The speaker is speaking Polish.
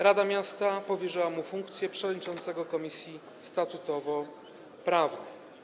Rada miasta powierzyła mu funkcję przewodniczącego komisji statutowo-prawnej.